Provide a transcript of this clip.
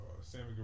Sammy